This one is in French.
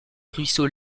ruisseau